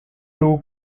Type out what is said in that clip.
two